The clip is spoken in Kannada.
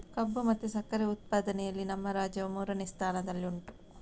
ಕಬ್ಬು ಮತ್ತೆ ಸಕ್ಕರೆ ಉತ್ಪಾದನೆಯಲ್ಲಿ ನಮ್ಮ ರಾಜ್ಯವು ಮೂರನೇ ಸ್ಥಾನದಲ್ಲಿ ಉಂಟು